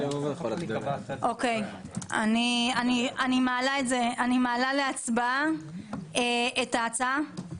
אני מעלה להצבעה את ההצעה.